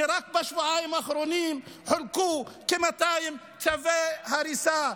שרק בשבועיים האחרונים חולקו כ-200 צווי הריסה.